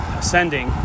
ascending